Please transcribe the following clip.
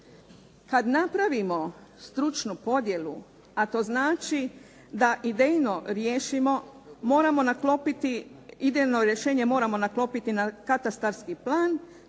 Kada napravimo stručnu podjelu, a to znači da idejno rješenje moramo naklopiti na katastarski plan,